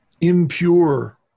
impure